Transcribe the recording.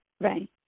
Right